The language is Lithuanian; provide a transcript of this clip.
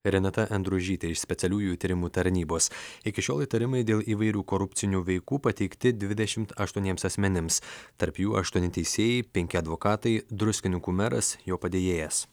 renata endružytė iš specialiųjų tyrimų tarnybos iki šiol įtarimai dėl įvairių korupcinių veikų pateikti dvidešimt aštuoniems asmenims tarp jų aštuoni teisėjai penki advokatai druskininkų meras jo padėjėjas